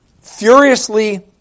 furiously